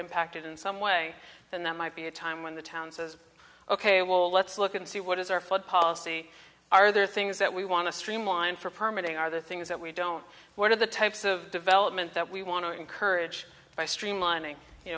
impacted in some way and that might be a time when the town says ok well let's look and see what is our flood policy are there things that we want to streamline for permanent are the things that we don't what are the types of development that we want to encourage by streamlining you